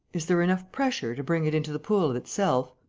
is there enough pressure to bring it into the pool of itself?